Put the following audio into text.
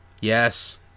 Yes